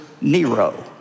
Nero